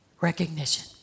Recognition